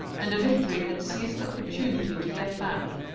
and the victory had seized the opportunity to get back.